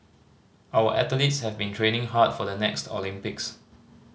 our athletes have been training hard for the next Olympics